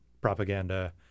propaganda